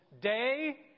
day